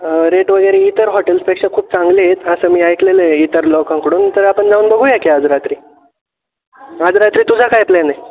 rate वगैरे इतर हॉटेल्सपेक्षा खूप चांगले आहेत असं मी ऐकलेलं आहे इतर लोकांकडून तर आपण जाऊन बघूया की आज रात्री आज रात्री तुझा काय प्लॅन आहे